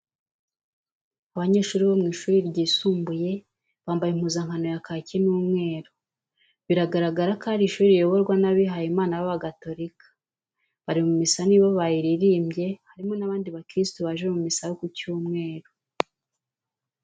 Abanyeshuri bo mu ishuri ryisumbuye, bambaye impuzankano ya kaki n'umweru, biragaragara ko ari ishuri riyoborwa n'abihaye Imana b'aba gatorika , bari mu misa nibo bayiriribye harimo n'abandi ba kirisitu baje mu misa yo ku cyumweru.